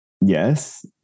yes